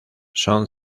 son